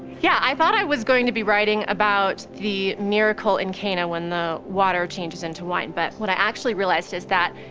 yeah, i thought i was going to be writing about the miracle in canaan, when the water changes into wine, but what i actually realized is that,